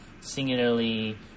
singularly